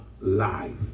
life